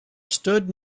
stood